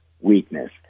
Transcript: weakness